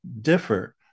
differ